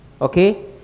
Okay